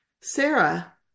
Sarah